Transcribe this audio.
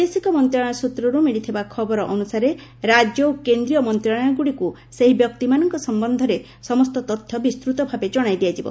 ବୈଦେଶିକ ମନ୍ତ୍ରଣାଳୟ ସୂତ୍ରରୁ ମିଳିଥିବା ଖବର ଅନୁସାରେ ରାଜ୍ୟ ଓ କେନ୍ଦ୍ରୀୟ ମନ୍ତ୍ରଣାଳୟଗୁଡ଼ିକୁ ସେହି ବ୍ୟକ୍ତିମାନଙ୍କ ସମ୍ପନ୍ଧରେ ସମସ୍ତ ତଥ୍ୟ ବିସ୍ତୃତ ଭାବେ ଜଣାଇ ଦିଆଯିବ